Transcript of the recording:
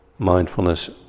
Mindfulness